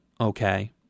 okay